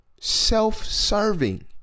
self-serving